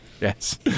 yes